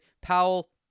Powell